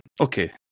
Okay